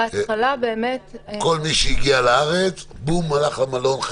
כל מי שהגיע לארץ בום, הלך למלון.